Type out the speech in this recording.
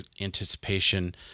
anticipation